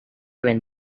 when